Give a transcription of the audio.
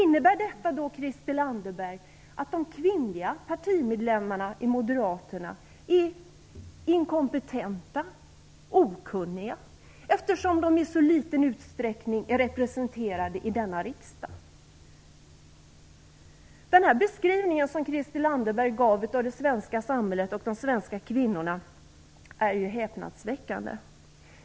Innebär detta då, Christel Anderberg, att de kvinnliga partimedlemmarna i Moderata samlingspartiet är inkompetenta och okunniga, eftersom de i sådan liten utsträckning är representerade i denna riksdag? Den beskrivning som Christel Anderberg gav av det svenska samhället och de svenska kvinnorna är häpnadsväckande.